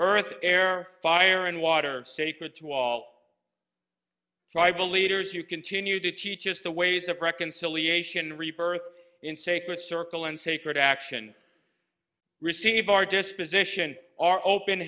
earth air fire and water sacred to all tribal leaders who continue to teach us the ways of reconciliation rebirth in sacred circle and sacred action receive our disposition are open